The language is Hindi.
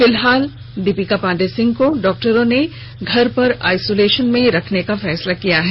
फिलहाल दीपिका पांडेय सिंह को डॉक्टरों ने घर में आईसोलेशन में रखने का फैसला किया है